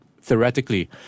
theoretically